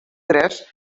tres